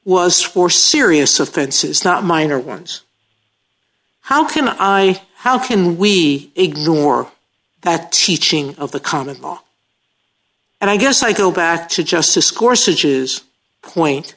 was for serious offenses not minor ones how can i how can we ignore that teaching of the common law and i guess i go back to justice courses use point